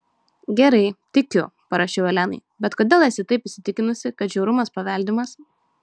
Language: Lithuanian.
gerai tikiu parašiau elenai bet kodėl esi taip įsitikinusi kad žiaurumas paveldimas